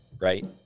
right